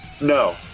No